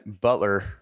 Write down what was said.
Butler